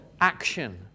action